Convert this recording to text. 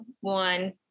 one